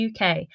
UK